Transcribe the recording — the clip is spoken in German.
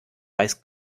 weiß